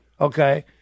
okay